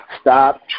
stop